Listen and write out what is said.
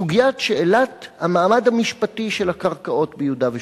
שאלת המעמד המשפטי של הקרקעות ביהודה ושומרון.